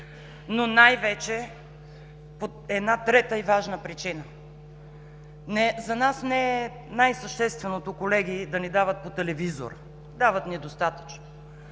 но най-вече по една трета и важна причина. За нас не е най-същественото, колеги, да ни дават по телевизора, дават ни достатъчно.